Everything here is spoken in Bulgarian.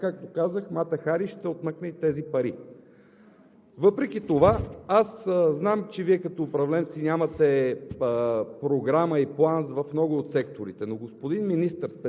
превъзлагат на незнайно какви фирми. Така, както казах, Мата Хари ще отмъкне и тези пари. Въпреки това аз знам, че Вие като управленци нямате програма